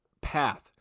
path